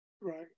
Right